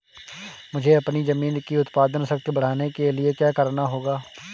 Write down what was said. मुझे अपनी ज़मीन की उत्पादन शक्ति बढ़ाने के लिए क्या करना होगा?